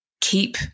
keep